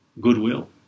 goodwill